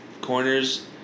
corners